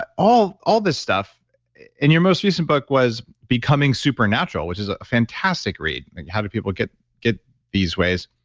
but all all this stuff and your most recent book was becoming supernatural, which is a fantastic read. like how do people get get these ways?